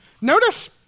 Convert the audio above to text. Notice